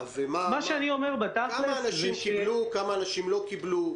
כמה אנשים קיבלו וכמה אנשים לא קיבלו?